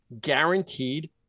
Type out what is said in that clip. guaranteed